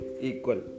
equal